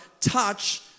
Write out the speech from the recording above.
touch